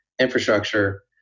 infrastructure